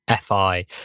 FI